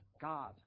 God